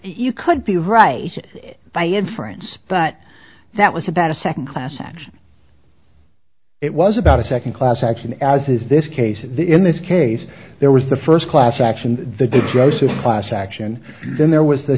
you could be right by inference but that was about a second class action it was about a second class action as is this case in this case there was the first class action the did grossest class action then there was